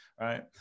right